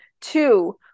Two